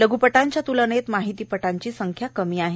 लघ्पटांच्या त्लनेत माहितीपटांची संख्या कमी आहे